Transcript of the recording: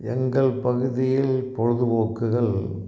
எங்கள் பகுதியில் பொழுதுபோக்குகள்